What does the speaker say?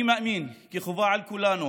אני מאמין כי חובה על כולנו